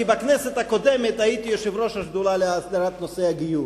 כי בכנסת הקודמת הייתי יושב-ראש השדולה להסדרת נושא הגיור.